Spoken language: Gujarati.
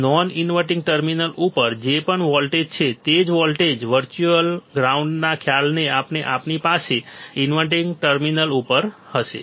આ નોન ઇન્વર્ટીંગ ટર્મિનલ ઉપર જે પણ વોલ્ટેજ છે તે જ વોલ્ટેજ વર્ચ્યુઅલ ગ્રાઉન્ડના ખ્યાલને કારણે આપણી પાસે ઇન્વર્ટીંગ ટર્મિનલ ઉપર હશે